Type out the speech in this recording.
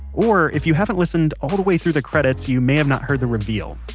or, if you haven't listened all the way through the credits, you may have not heard the reveal.